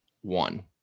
one